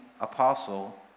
apostle